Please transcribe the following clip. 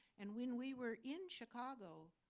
and when we were in chicago,